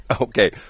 Okay